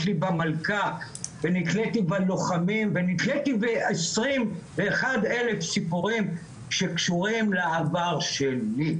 במלכה ונתלתי בלוחמים ונתלתי בעשרים ואחד אלף סיפורים שקשורים בעבר שלי,